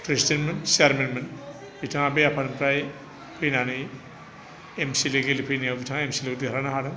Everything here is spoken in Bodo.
प्रेसिडेन्टमोन सियारमेनमोन बिथाङा बे आफादनिफ्राय फैनानै एम सि एल ए गेले फैनायाव बिथाङा एम सि एल ए याव देरहानो हादों